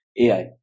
AI